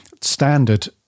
standard